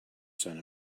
sun